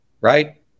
right